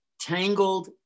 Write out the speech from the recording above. Tangled